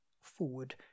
forward